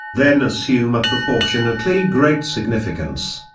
then assume a proportionately great significance.